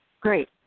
Great